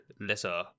lesser